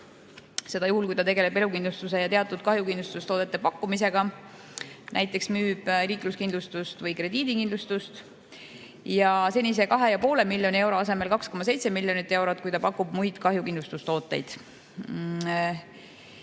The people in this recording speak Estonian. seda juhul, kui ta tegeleb elukindlustuse ja teatud kahjukindlustustoodete pakkumisega, näiteks müüb liikluskindlustust või krediidikindlustust – ja senise 2,5 miljoni euro asemel 2,7 miljonit eurot, kui ta pakub muid kahjukindlustustooteid.